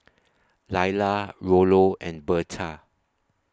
Laila Rollo and Bertha